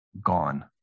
Gone